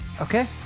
okay